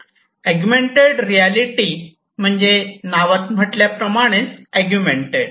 augmented reality म्हणजे नावात म्हटल्या प्रमाणे अगुमेन्टेड